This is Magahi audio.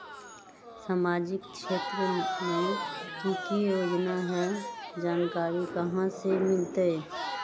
सामाजिक क्षेत्र मे कि की योजना है जानकारी कहाँ से मिलतै?